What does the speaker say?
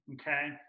okay